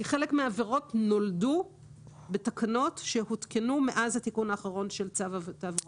חלק מהעבירות נולדו בתקנות שהותקנו מאז התיקון האחרון של צו התעבורה.